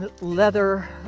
leather